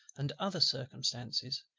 and other circumstances,